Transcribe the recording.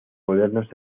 modernos